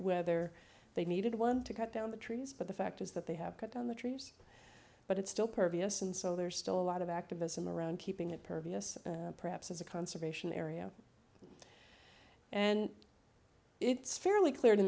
whether they needed one to cut down the trees but the fact is that they have cut down the trees but it's still pervious and so there's still a lot of activism around keeping it pervious perhaps as a conservation area and it's fairly clear to